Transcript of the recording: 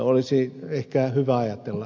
olisi ehkä hyvä ajatella